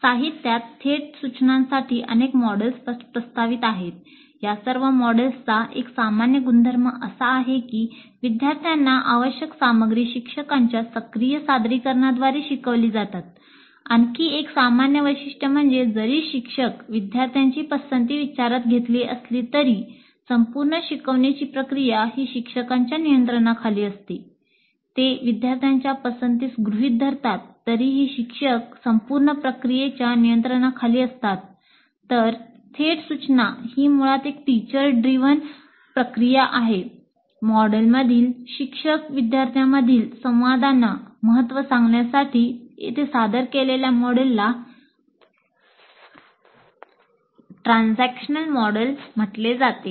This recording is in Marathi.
साहित्यात थेट सूचनासाठी ट्रांझॅक्शनल मॉडेल म्हटले जाते